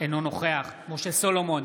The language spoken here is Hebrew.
אינו נוכח משה סולומון,